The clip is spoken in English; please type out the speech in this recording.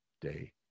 day